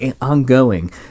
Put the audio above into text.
ongoing